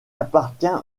appartient